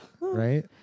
right